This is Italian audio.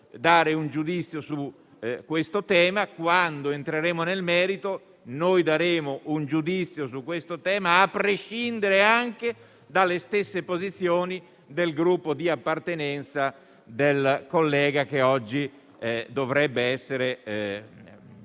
quando entreremo nel merito daremo un giudizio a prescindere anche dalle stesse posizioni del Gruppo di appartenenza del collega che oggi dovrebbe essere